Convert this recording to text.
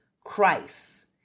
Christ